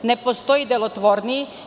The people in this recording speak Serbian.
Ne postoji delotvorniji.